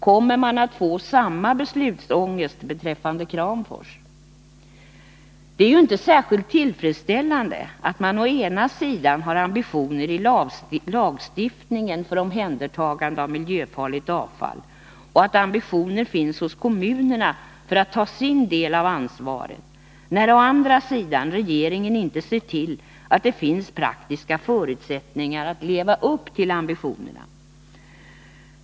Kommer man att få samma beslutsångest beträffande Kramfors? Det är ju inte särskilt tillfredsställande att man å ena sidan har ambitioner i lagstiftningen om omhändertagande av miljöfarligt avfall och ambitioner från kommunerna att ta sin del av ansvaret när å andra sidan regeringen inte ser till att det finns praktiska förutsättningar att leva upp till ambitionerna.